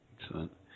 Excellent